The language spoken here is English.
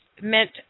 meant